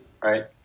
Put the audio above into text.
right